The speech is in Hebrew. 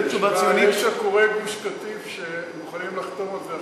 זה תשובה ציונית --- יש עקורי גוש-קטיף שמוכנים לחתום על זה עכשיו,